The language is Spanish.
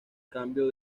cambio